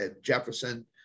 Jefferson –